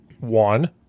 One